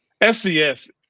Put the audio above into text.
SCS